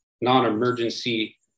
non-emergency